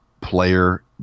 player